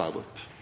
når